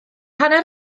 hanner